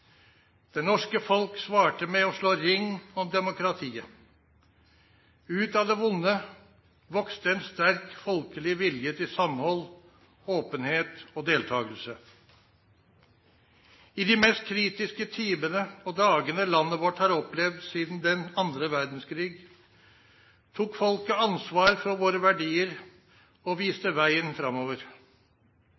Det norske folk svarte med å slå ring om demokratiet. Ut av det vonde vokste en sterk folkelig vilje til samhold, åpenhet og deltakelse. I de mest kritiske timene og dagene landet vårt har opplevd siden den andre verdenskrigen, tok folket ansvar for våre verdier og